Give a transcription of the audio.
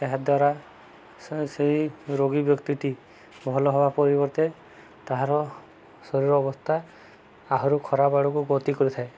ଏହାଦ୍ୱାରା ସେ ସେଇ ରୋଗୀ ବ୍ୟକ୍ତିଟି ଭଲ ହେବା ପରିବର୍ତ୍ତେ ତାହାର ଶରୀର ଅବସ୍ଥା ଆହୁରି ଖରାପ ଆଡ଼କୁ ଗତି କରିଥାଏ